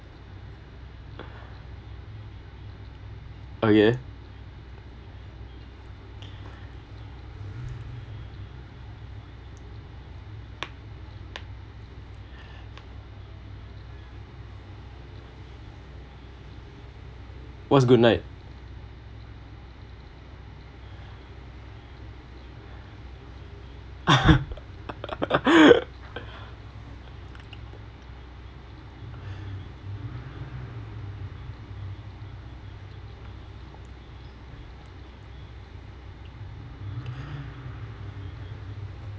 okay what’s good night